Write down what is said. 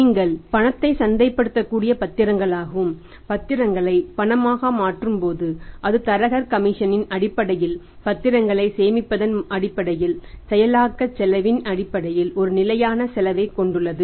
நீங்கள் பணத்தை சந்தைப்படுத்தக்கூடிய பத்திரங்களாகவும் பத்திரங்களை பணமாக மாற்றும்போது அது தரகர் கமிஷனின் அடிப்படையில் பத்திரங்களை சேமிப்பதன் அடிப்படையில் செயலகச் செலவின் அடிப்படையில் ஒரு நிலையான செலவைக் கொண்டுள்ளது